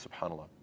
subhanAllah